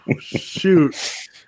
Shoot